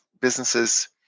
businesses